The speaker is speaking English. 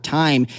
time